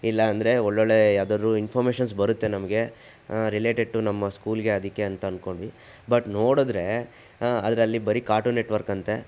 ಇಲ್ಲಾಂದ್ರೆ ಒಳ್ಳೊಳ್ಳೆ ಯಾವುದಾದ್ರೂ ಇನ್ಫಾರ್ಮೇಷನ್ಸ್ ಬರುತ್ತೆ ನಮಗೆ ರಿಲೆಟೆಡ್ ಟು ನಮ್ಮ ಸ್ಕೂಲ್ಗೆ ಅದಕ್ಕೆ ಅಂತ ಅಂದ್ಕೊಂಡ್ವಿ ಬಟ್ ನೋಡಿದ್ರೆ ಅದರಲ್ಲಿ ಬರೀ ಕಾರ್ಟೂನ್ ನೆಟ್ವರ್ಕಂತೆ